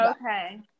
Okay